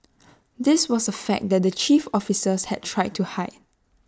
this was A fact that the chief officers had tried to hide